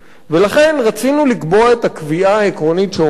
לכן רצינו לקבוע את הקביעה העקרונית שאומרת,